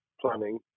planning